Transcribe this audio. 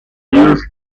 use